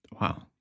Wow